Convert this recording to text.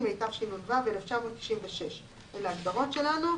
תגידי לא ישלמו, אלה ישלמו.